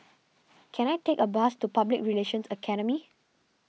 can I take a bus to Public Relations Academy